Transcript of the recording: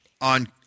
on